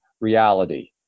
reality